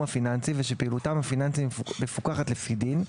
הפיננסי ושפעילותם הפיננסית מפוקחת לפי דין,